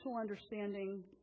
understanding